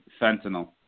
fentanyl